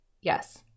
Yes